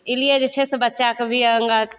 एहि लिए जे छै से बच्चाकेभी अङ्गा